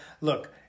Look